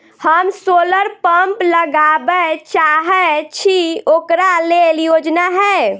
हम solar pump लगाबै चाहय छी ओकरा लेल योजना हय?